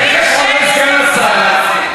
מקבלים תשמ"ש.